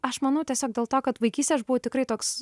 aš manau tiesiog dėl to kad vaikystėj aš buvau tikrai toks